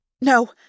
No